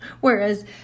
Whereas